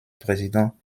président